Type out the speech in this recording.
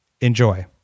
Enjoy